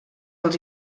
els